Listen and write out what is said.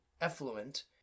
effluent